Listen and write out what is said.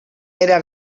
era